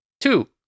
Two